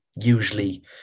Usually